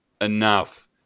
enough